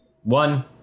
One